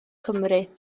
cymru